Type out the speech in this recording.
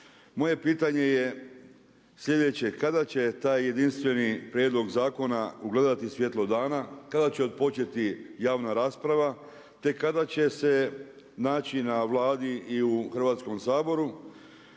moje pitanje je sljedeće. Kada će taj jedinstveni prijedlog zakona ugledati svjetlo dana, kada će otpočeti javna rasprava, te kada će se naći na Vladi i u Hrvatskom saboru,